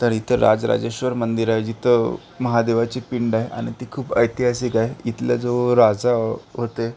तर इथं राज राजेश्वर मंदिर आहे जिथं महादेवाची पिंड आहे आणि ती खूप ऐतिहासिक आहे इथलं जो राजा होते